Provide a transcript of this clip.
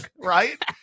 right